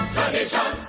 Tradition